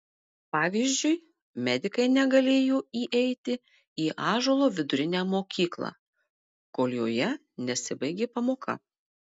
pavyzdžiui medikai negalėjo įeiti į ąžuolo vidurinę mokyklą kol joje nesibaigė pamoka